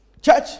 Church